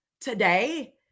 today